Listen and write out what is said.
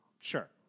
sure